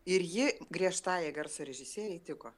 ir ji griežtajai garso režisierei tiko